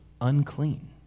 unclean